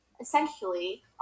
Essentially